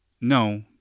no